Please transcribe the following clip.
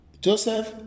Joseph